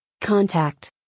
Contact